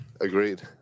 Agreed